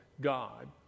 God